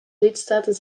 lidstaten